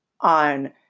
on